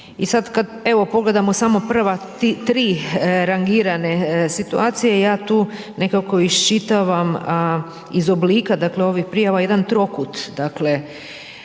I sada kada, evo, pogledamo samo prva tri rangirane situacije, ja tu nekako iščitavam iz oblika, dakle, ovih prijava, jedan trokut,